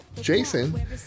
Jason